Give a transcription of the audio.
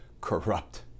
corrupt